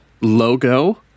logo